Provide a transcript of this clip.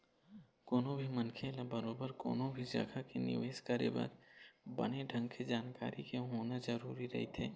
कोनो भी मनखे ल बरोबर कोनो भी जघा के निवेश करे बर बने ढंग के जानकारी के होना जरुरी रहिथे